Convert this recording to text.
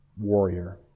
warrior